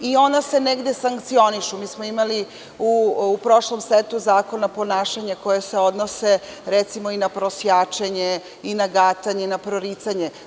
I ona se negde sankcionišu, mi smo imali u prošlom setu zakona ponašanja koja se odnose recimo i na prosjačenje, gatanje, proricanje.